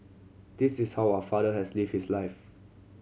this is how our father has lived his life